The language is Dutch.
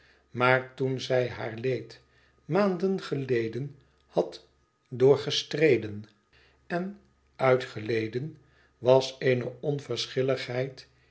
maar toen zij haar leed maanden geleden had doorgestreden en uitgeleden was eene onverschilligheid